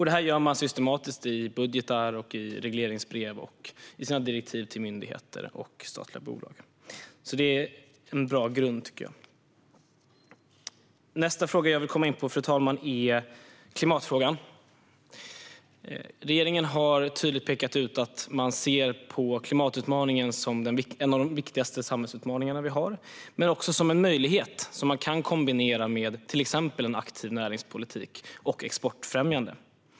Det här gör man systematiskt i budgetar, regleringsbrev och direktiv till myndigheter och statliga bolag. Det är en bra grund, tycker jag. Nästa fråga jag vill gå in på, fru talman, är klimatfrågan. Regeringen har tydligt pekat ut att man ser klimatutmaningen som en av de viktigaste samhällsutmaningar vi har men också som en möjlighet som man kan kombinera med till exempel en aktiv och exportfrämjande näringspolitik.